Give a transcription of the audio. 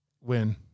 win